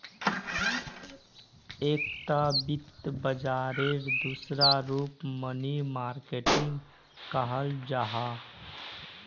एकता वित्त बाजारेर दूसरा रूप मनी मार्किट कहाल जाहा